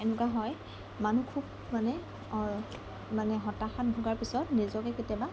এনেকুৱা হয় মানুহ খুব মানে মানে হতাশাত ভোগাৰ পিছত নিজকে কেতিয়াবা